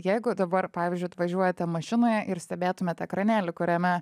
jeigu dabar pavyzdžiui atvažiuojate mašinoje ir stebėtumėt ekranėlį kuriame